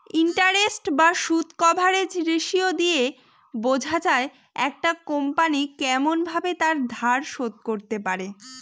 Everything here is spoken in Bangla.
ইন্টারেস্ট বা সুদ কভারেজ রেসিও দিয়ে বোঝা যায় একটা কোম্পনি কেমন ভাবে তার ধার শোধ করতে পারে